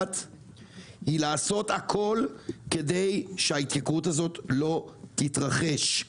היא לעשות הכול כדי שההתייקרות הזאת לא תתרחש.